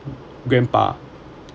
grandpa